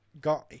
guy